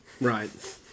Right